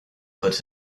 put